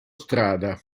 strada